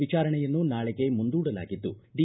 ವಿಚಾರಣೆಯನ್ನು ನಾಳಿಗೆ ಮುಂದೂಡಲಾಗಿದ್ದು ಡಿ